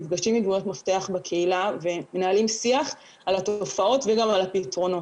נפגשים עם דמויות מפתח בקהילה ומנהלים שיח על התופעות וגם על הפתרונות.